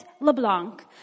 LeBlanc